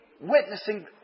witnessing